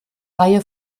reihe